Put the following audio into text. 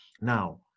Now